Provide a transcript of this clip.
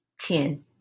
ten